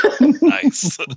Nice